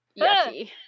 Yucky